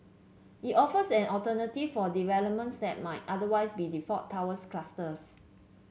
it offers an alternative for developments that might otherwise be default towers clusters